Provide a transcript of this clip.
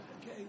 Okay